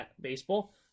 baseball